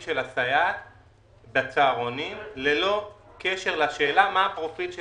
של הסייעת בצהרונים ללא קשר לשאלה מה הפרופיל של